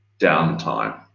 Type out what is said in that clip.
downtime